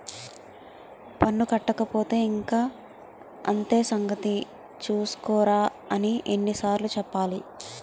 పన్ను కట్టకపోతే ఇంక అంతే సంగతి చూస్కోరా అని ఎన్ని సార్లు చెప్పాలి